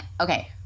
okay